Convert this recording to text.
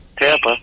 Tampa